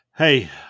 Hey